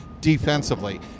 defensively